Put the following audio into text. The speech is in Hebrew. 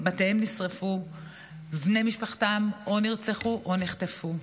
בתיהם נשרפו ובני משפחתם או נרצחו או נחטפו.